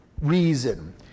reason